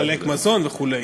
לחלק מזון וכו'.